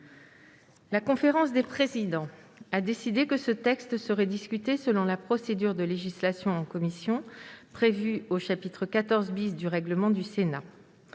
La conférence des présidents a décidé que ce texte serait discuté selon la procédure de législation en commission prévue au chapitre XIV du règlement du Sénat.